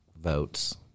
votes